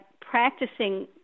practicing